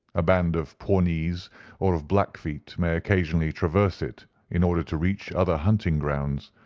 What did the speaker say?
a band of pawnees or of blackfeet may occasionally traverse it in order to reach other hunting-grounds,